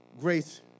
Grace